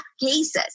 cases